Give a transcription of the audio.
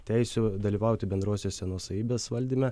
teisių dalyvauti bendrosiose nuosavybės valdyme